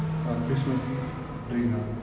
ah christmas drink ah